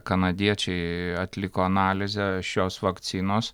kanadiečiai atliko analizę šios vakcinos